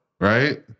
right